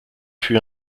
fut